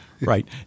right